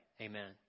Amen